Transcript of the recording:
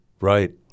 Right